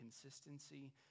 consistency